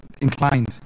inclined